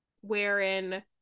wherein